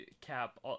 cap